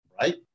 right